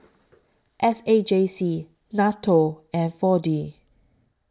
S A J C N A T O and four D